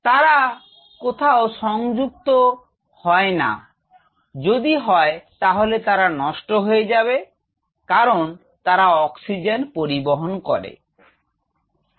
তারা কোথাও সংযুক্ত হয় না যদি হয় তাহলে তারা নষ্ট হয়ে যাবে কারন তারা অক্সিজেন পরিবহণ করে